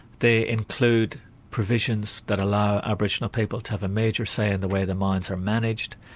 they include provisions that allow aboriginal people to have a major say in the way the mines are managed,